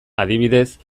adibidez